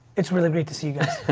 it's really great to see you guys.